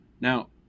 Now